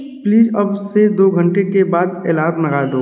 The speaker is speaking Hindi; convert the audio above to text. प्लीज़ अब से दो घंटे के बाद एलार्म लगा दो